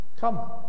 Come